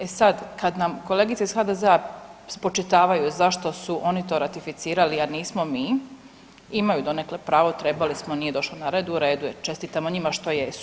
E sad kad nam kolegice iz HDZ-a spočitavaju zašto su oni to ratificirali, a nismo mi, imaju donekle pravo, trebali smo, nije došlo na red, u redu je, čestitamo njima što jesu.